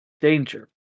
danger